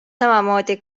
samamoodi